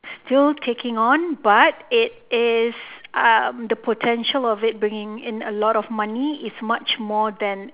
still taking on but it is uh the potential of it bringing in a lot of money is much more than